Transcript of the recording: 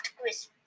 Christmas